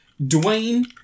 Dwayne